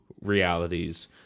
realities